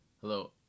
Hello